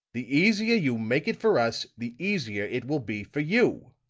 the easier you make it for us, the easier it will be for you,